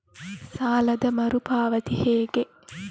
ಸಾಲದ ಮರು ಪಾವತಿ ಹೇಗೆ?